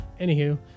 Anywho